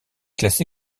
classé